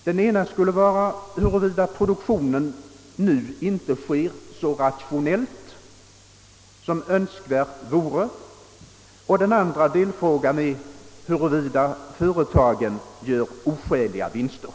Den ena skulle vara huruvida produktionen nu inte sker så rationellt som önskvärt vore, och den andra huruvida företagen gör oskäliga vinster.